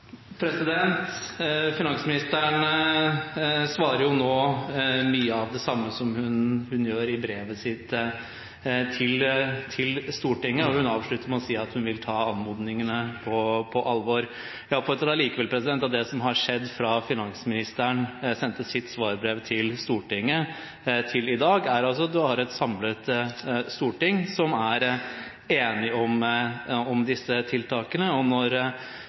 Finansministeren svarer jo nå mye det samme som hun gjør i sitt brev til Stortinget, og hun avslutter med å si at hun vil ta anmodningene på alvor. Jeg oppfattet allikevel at det som har skjedd fra finansministeren sendte sitt svarbrev til Stortinget, til i dag, er at man har et samlet storting som er enige om disse tiltakene. Når